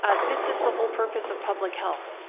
ah this is the whole purpose of public health,